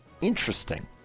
Interesting